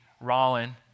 Rollin